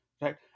right